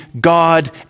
God